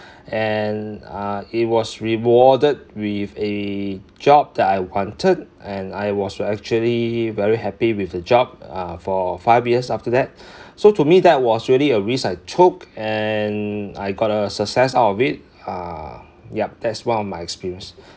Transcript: and uh it was rewarded with a job that I wanted and I was actually very happy with the job uh for five years after that so to me that was really a risk I took and I got a success out of it uh yup that's one of my experience